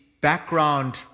Background